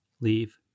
Leave